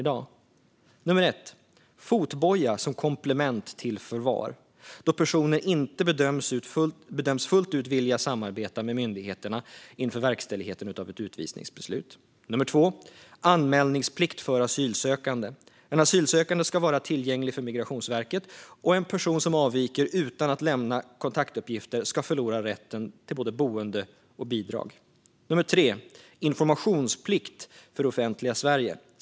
Det första är fotboja, som komplement till förvar, då personer bedöms inte fullt ut vilja samarbeta med myndigheterna inför verkställighet av ett utvisningsbeslut. Det andra är anmälningsplikt för asylsökande. En asylsökande ska vara tillgänglig för Migrationsverket. En person som avviker utan att lämna kontaktuppgifter ska förlora rätten till både boende och bidrag. Det tredje är informationsplikt för det offentliga Sverige.